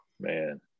man